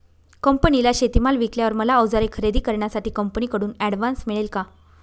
कंपनीला शेतीमाल विकल्यावर मला औजारे खरेदी करण्यासाठी कंपनीकडून ऍडव्हान्स मिळेल का?